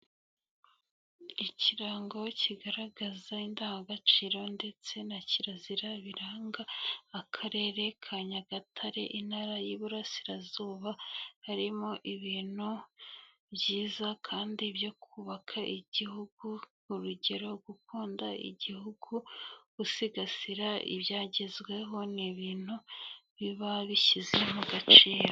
Ikirango kigaragaza indangagaciro ndetse na kirazira biranga, akarere ka Nyagatare intara y'Iburasirazuba, harimo ibintu, byiza kandi byo kubaka igihugu urugero gukunda igihugu, gusigasira ibyagezweho ni ibintu, biba bishyize mu gaciro.